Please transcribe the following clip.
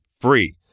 free